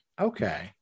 okay